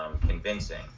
convincing